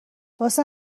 واسه